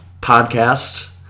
podcast